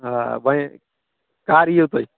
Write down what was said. آ وۄنۍ کَر یِیِو تُہۍ